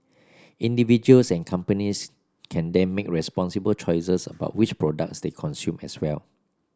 individuals and companies can then make responsible choices about which products they consume as well